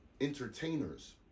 entertainers